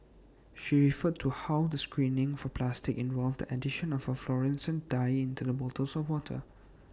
she referred to how the screening for plastic involved the addition of A fluorescent dye into the bottles of water